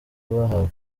bahawe